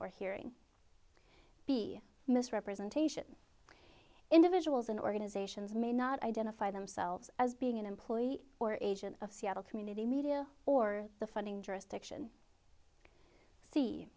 or hearing be misrepresentation individuals and organizations may not identify themselves as being an employee or agent of seattle community media or the funding jurisdiction